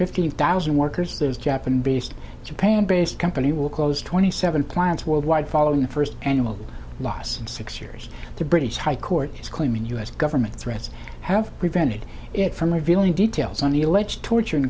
fifteen thousand workers those japanese based in japan based company will close twenty seven plants worldwide following the first annual loss six years the british high court is claiming u s government threats have prevented it from revealing details on the alleged tortur